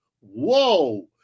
Whoa